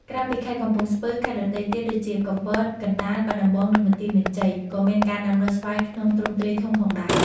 ក្រៅពីខេត្តកំពង់ស្ពឺ ខេត្តដទៃទៀតដូចជា កំពត កណ្ដាល បាត់ដំបង និងបន្ទាយមានជ័យ ក៏មានការដាំដុះស្វាយក្នុងទ្រង់ទ្រាយធំផងដែរ។